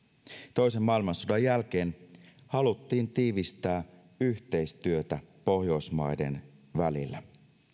toisen maailmansodan jälkeen haluttiin tiivistää yhteistyötä pohjoismaiden välillä